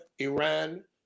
Iran